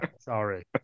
sorry